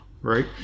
right